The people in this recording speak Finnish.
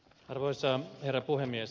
arvoisa herra puhemies